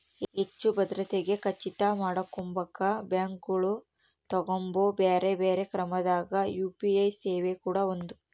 ಹೆಚ್ಚು ಭದ್ರತೆಗೆ ಖಚಿತ ಮಾಡಕೊಂಬಕ ಬ್ಯಾಂಕುಗಳು ತಗಂಬೊ ಬ್ಯೆರೆ ಬ್ಯೆರೆ ಕ್ರಮದಾಗ ಯು.ಪಿ.ಐ ಸೇವೆ ಕೂಡ ಒಂದು